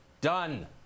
Done